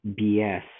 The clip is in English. BS